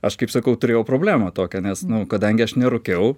aš kaip sakau turėjau problemą tokią nes nu kadangi aš nerūkiau